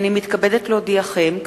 הנני מתכבדת להודיעכם,